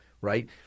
right